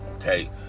Okay